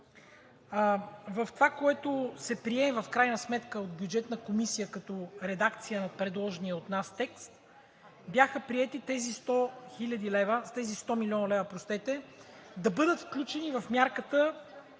В това, което се прие в крайна сметка от Бюджетна комисия като редакция на предложения от нас текст, бяха приети тези 100 млн. лв. да бъдат включени в мярката,